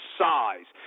size